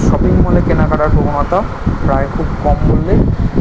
shopping মলে কেনাকাটার প্রবণতা প্রায় খুব কম বললেই